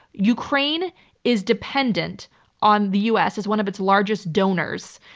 ukraine is dependent on the us as one of its largest donors,